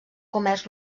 comerç